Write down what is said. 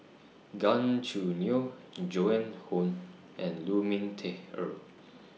Gan Choo Neo in Joan Hon and Lu Ming Teh Earl